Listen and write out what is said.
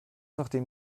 nachdem